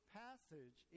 passage